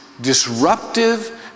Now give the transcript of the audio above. disruptive